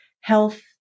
health